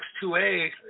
X2A